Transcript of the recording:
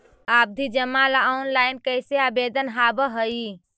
आवधि जमा ला ऑनलाइन कैसे आवेदन हावअ हई